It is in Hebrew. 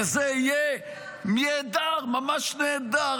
וזה יהיה נהדר, ממש נהדר.